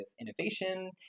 innovation